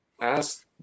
ask